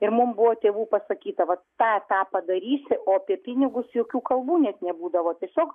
ir mum buvo tėvų pasakyta vat tą tą padarysi o apie pinigus jokių kalbų net nebūdavo tiesiog